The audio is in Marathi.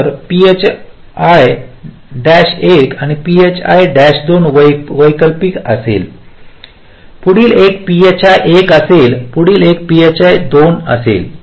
तर phi 1 आणि phi 2 वैकल्पिक असेल पुढील एक phi 1 असेल पुढील एक phi 2 असेल